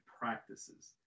practices